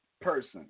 person